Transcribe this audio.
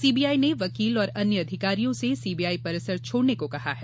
CBI ने वकील और अन्य अधिकारियों से सीबीआई परिसर छोड़ने को कहा है